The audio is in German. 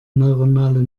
neuronale